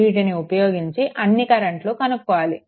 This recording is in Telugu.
వీటిని ఉపయోగించి అన్నీ కరెంట్లు కనుక్కోవాలి i1 0